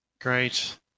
great